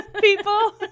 people